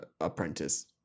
apprentice